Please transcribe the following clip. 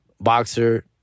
boxer